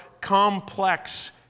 complex